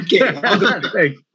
Okay